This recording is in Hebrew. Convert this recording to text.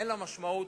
אין לה משמעות